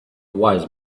wise